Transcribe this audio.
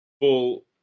full